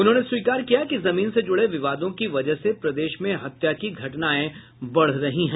उन्होंने स्वीकार किया कि जमीन से जुड़े विवादों की वजह से प्रदेश में हत्या की घटनाएं बढ़ रही है